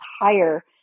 higher